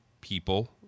people